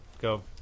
go